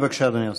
בבקשה, אדוני השר.